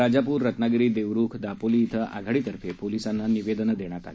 राजापूर रत्नागिरी देवरूख दापोली इथं आघाडीतर्फे पोलिसांना निवेदनं देण्यात आली